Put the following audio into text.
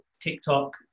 TikTok